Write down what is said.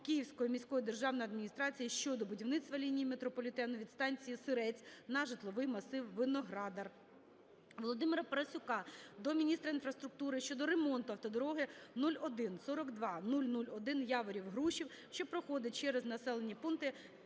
Київської міської державної адміністрації щодо будівництва лінії метрополітену від станції "Сирець" на житловий масив Виноградар. Володимира Парасюка до міністра інфраструктури щодо ремонту автодороги 0142001 Яворів - Грушів, що проходить через населені пункти: